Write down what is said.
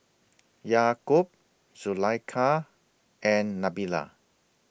Yaakob Zulaikha and Nabila